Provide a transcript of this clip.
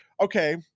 okay